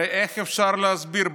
הרי, איך אפשר להסביר?